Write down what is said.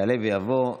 יעלה ויבוא.